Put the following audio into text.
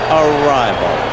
arrival